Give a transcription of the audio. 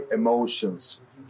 emotions